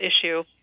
issue